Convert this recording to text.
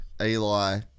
Eli